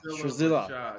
Shazila